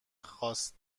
خواست